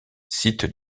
site